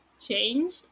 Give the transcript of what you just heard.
change